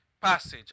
passage